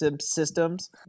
systems